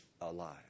alive